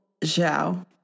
Zhao